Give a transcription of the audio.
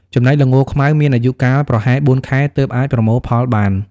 ចំណែកល្ងខ្មៅ មានអាយុកាលប្រហែល ៤ ខែទើបអាចប្រមូលផលបាន។